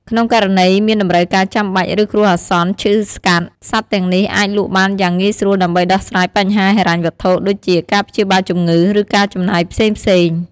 ក្នុងករណីមានតម្រូវការចាំបាច់ ឬគ្រោះអាសន្ន ឈឺស្កាត់ សត្វទាំងនេះអាចលក់បានយ៉ាងងាយស្រួលដើម្បីដោះស្រាយបញ្ហាហិរញ្ញវត្ថុ ដូចជាការព្យាបាលជំងឺ ឬការចំណាយផ្សេងៗ។